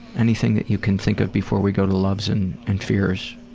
anything that you can think of before we go to loves and and fears?